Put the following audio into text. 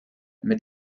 mit